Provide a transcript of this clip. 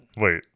Wait